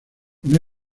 con